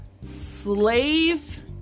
slave